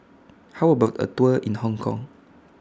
How about A Tour in Hong Kong